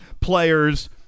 players